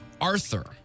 Arthur